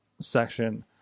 section